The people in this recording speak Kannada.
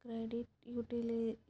ಕ್ರೆಡಿಟ್